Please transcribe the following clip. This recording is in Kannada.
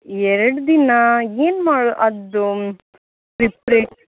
ಎರಡು ದಿನ ಏನು ಮಾ ಅದು ಪ್ರಿಪ್ರೀ